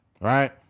right